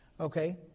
Okay